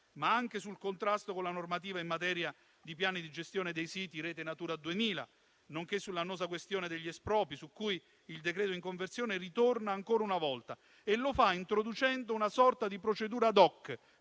come anche sul contrasto con la normativa in materia di piani di gestione dei siti Rete Natura 2000, nonché sull'annosa questione degli espropri. Su tale questione il decreto in conversione ritorna ancora una volta e lo fa introducendo una sorta di procedura *ad hoc*